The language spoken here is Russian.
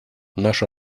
наша